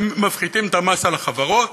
מפחיתים את המס על החברות.